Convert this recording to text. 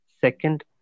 Second